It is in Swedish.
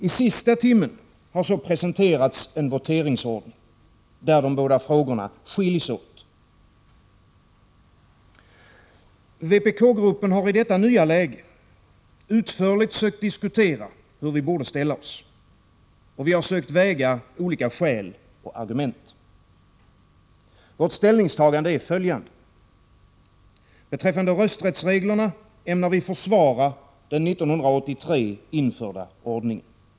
I sista timmen har så presenterats en voteringsordning, där de båda frågorna skiljs åt. Vpk-gruppen har i detta nya läge utförligt sökt diskutera hur vi borde ställa oss. Vi har sökt väga olika skäl och argument mot varandra. Vårt ställningstagande är följande: Beträffande rösträttsreglerna ämnar vi försvara den 1983 införda ordningen.